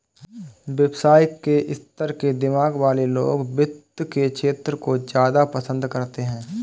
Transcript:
व्यवसाय के स्तर के दिमाग वाले लोग वित्त के क्षेत्र को ज्यादा पसन्द करते हैं